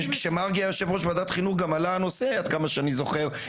וכשמרגי היה יו"ר ועדת חינוך גם עלה הנושא עד כמה שאני זוכר,